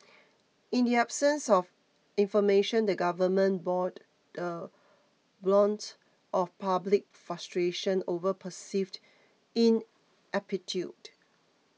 in the absence of information the government bored the brunt of public frustration over perceived ineptitude